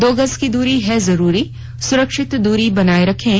दो गज की दूरी है जरूरी सुरक्षित दूरी बनाए रखें